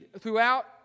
throughout